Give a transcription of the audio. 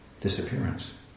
disappearance